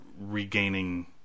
regaining